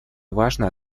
важно